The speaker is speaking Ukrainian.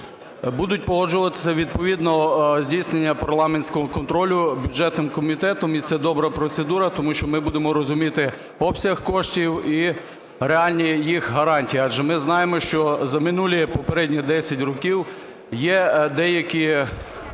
будуть погоджуватися відповідно здійснення парламентського контролю бюджетним комітетом. І це добра процедура, тому що ми будемо розуміти обсяг коштів і реальні їх гарантії. Адже ми знаємо, що за минулі попередні 10 років є деякі